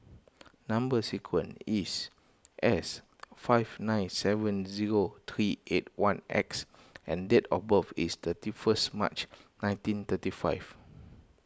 Number Sequence is S five nine seven zero three eight one X and date of birth is thirty first March nineteen thirty five